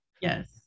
yes